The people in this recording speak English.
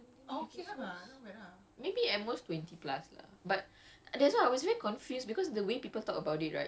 ya macam kau they only they only have one season so it's like twelve or something aku rasa